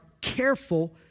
careful